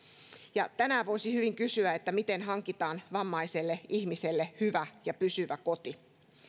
tänään voisi hyvin kysyä miten hankitaan vammaiselle ihmiselle hyvä ja pysyvä koti